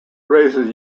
raises